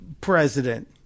president